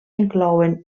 inclouen